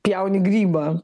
pjauni grybą